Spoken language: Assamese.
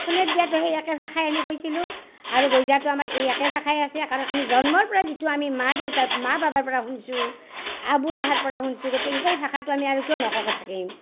সোনেইদিয়াতো সেই একেই ভাষাই আমি কৈছিলোঁ আৰু গইজাটো আমাৰ এই একে ভাষাই আছে কাৰণ আমি জন্মৰ পৰা যিটো আমি মা দেউতা মা বাবাৰ পৰা শুনছোঁ আবু আহাৰ পৰা শুনছোঁ গতিকে সেই ভাষাটো আমি আৰু কিয় নোকোৱাকে থাকিম